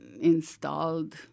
installed